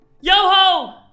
Yo-ho